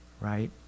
right